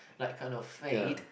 that kind of fate